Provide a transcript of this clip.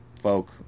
folk